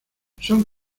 son